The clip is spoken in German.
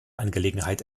angelegenheit